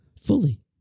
fully